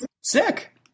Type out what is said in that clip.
sick